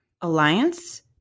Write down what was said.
alliance